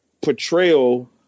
portrayal